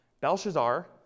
Belshazzar